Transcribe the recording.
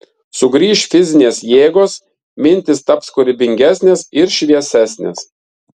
sugrįš fizinės jėgos mintys taps kūrybingesnės ir šviesesnės